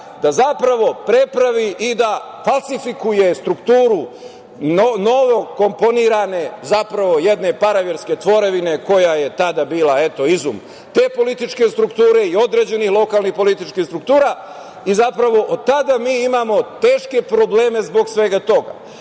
da zapravo prepravi i da falsifikuje strukturu novokomponovane, zapravo jedne paraverske tvorevine koja je tada bila izum te političke strukture i određenih lokalnih političkih struktura i zapravo od tada mi imamo teške probleme zbog svega toga. Ja